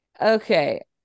Okay